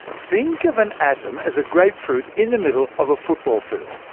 think of an atom as a grapefruit in the middle of a football field.